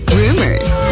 rumors